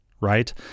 right